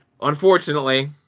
Unfortunately